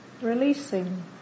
releasing